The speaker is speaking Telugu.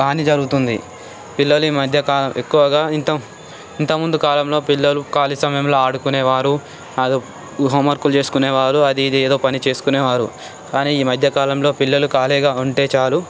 హాని జరుగుతుంది పిల్లలు ఈ మధ్యకాలం ఎక్కువగా ఇంత ఇంతకుముందు కాలంలో పిల్లలు ఖాళీ సమయంలో ఆడుకునే వారు హోంవర్క్లు చేసుకునేవారు అది ఇది ఏదో పని చేసుకునేవారు కానీ ఈమధ్యకాలంలో పిల్లలు ఖాళీగా ఉంటే చాలు